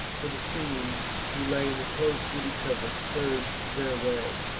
for the fiend, who lay in the close woody covert, urg'd their way.